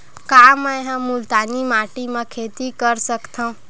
का मै ह मुल्तानी माटी म खेती कर सकथव?